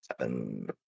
Seven